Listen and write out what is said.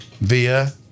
via